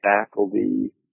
faculty